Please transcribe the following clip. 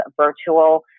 virtual